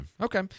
Okay